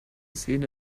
szene